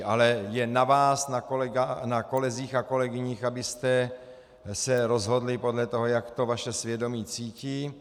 Ale je na vás, na kolezích a kolegyních, abyste se rozhodli podle toho, jak to vaše svědomí cítí.